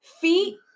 Feet